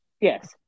Yes